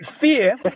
fear